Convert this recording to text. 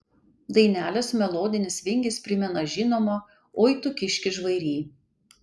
dainelės melodinis vingis primena žinomą oi tu kiški žvairy